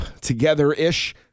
together-ish